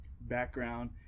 background